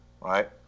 right